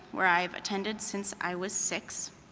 where i've tended since i was six,